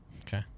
Okay